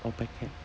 or packet